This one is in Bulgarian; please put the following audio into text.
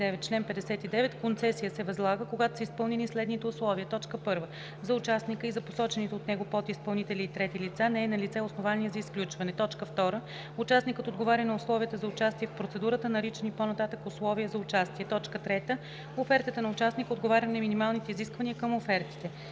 „Чл. 59. Концесия се възлага, когато са изпълнени следните условия: 1. за участника и за посочените от него подизпълнители и трети лица не е налице основание за изключване; 2. участникът отговаря на условията за участие в процедурата, наричани по-нататък „условия за участие“; 3. офертата на участника отговаря на минималните изисквания към офертите;